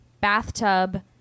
bathtub